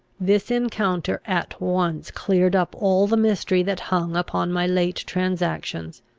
this encounter at once cleared up all the mystery that hung upon my late transactions.